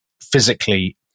physically